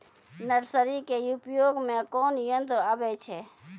Nursery के उपयोग मे कोन यंत्र आबै छै?